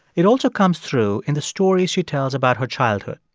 it also comes through in the stories she tells about her childhood.